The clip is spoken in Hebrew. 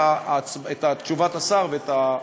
את תשובת השר ואת ההצבעה.